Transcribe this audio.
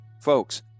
Folks